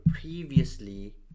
previously